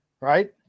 Right